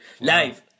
live